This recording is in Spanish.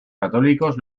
católicos